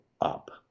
up